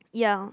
yeah